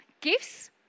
Gifts